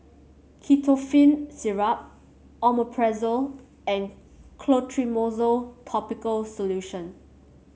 Ketotifen Syrup Omeprazole and Clotrimozole topical solution